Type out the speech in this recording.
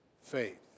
faith